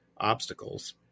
obstacles